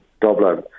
Dublin